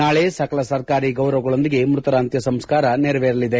ನಾಳೆ ಸಕಲ ಸರ್ಕಾರಿ ಗೌರವಗಳೊಂದಿಗೆ ಮೃತರ ಅಂತ್ಯಸಂಸ್ನಾರ ನೆರವೇರಲಿದೆ